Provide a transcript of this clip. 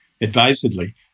advisedly